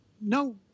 no